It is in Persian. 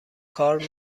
کار